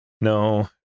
No